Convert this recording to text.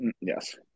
yes